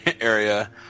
area